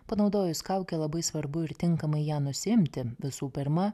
panaudojus kaukę labai svarbu ir tinkamai ją nusiimti visų pirma